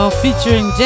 featuring